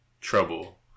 trouble